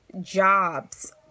jobs